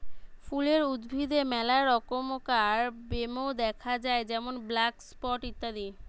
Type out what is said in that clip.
ফুলের উদ্ভিদে মেলা রমকার ব্যামো দ্যাখা যায় যেমন ব্ল্যাক স্পট ইত্যাদি